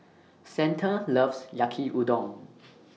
Santa loves Yaki Udon